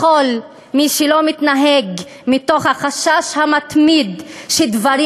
לכל מי שלא מתנהג מתוך החשש המתמיד שדברים